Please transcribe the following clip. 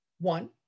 One